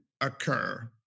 occur